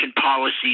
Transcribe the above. policies